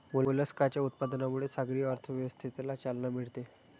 मोलस्काच्या उत्पादनामुळे सागरी अर्थव्यवस्थेला चालना मिळते